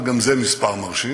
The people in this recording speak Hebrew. אבל גם זה מספר מרשים,